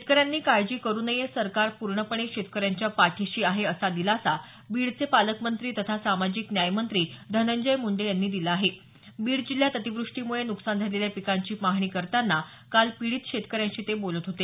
शेतकऱ्यांनी काळजी करू नये सरकार पूर्णपणे शेतकऱ्यांच्या पाठीशी आहे असा दिलासा बीडचे पालकमंत्री तथा सामाजिक न्याय मंत्री धनंजय मुंडे यांनी दिला आहे बीड जिल्ह्यात अतिवृष्टीमुळे नुकसान झालेल्या पिकांची पाहणी करताना काल पीडित शेतकऱ्यांशी ते बोलत होते